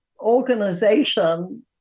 organization